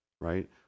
right